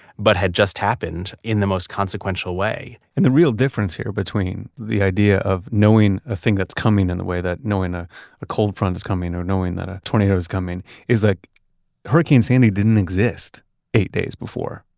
but had just happened in the most consequential way and the real difference here between the idea of knowing a thing that's coming in the way that knowing ah a cold front is coming or knowing that a tornado is coming is that like hurricane sandy didn't exist eight days before.